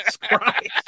Christ